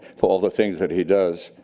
for all the things that he does.